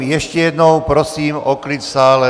Ještě jednou prosím o klid v sále.